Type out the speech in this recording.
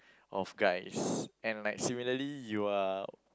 of guys and like similarly you are